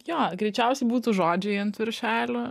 jo greičiausiai būtų žodžiai ant viršelio